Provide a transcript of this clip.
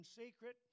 secret